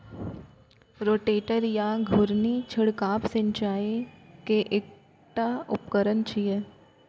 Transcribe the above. rotator या घुर्णी छिड़काव सिंचाइ के एकटा उपकरण छियै